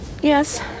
Yes